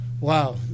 wow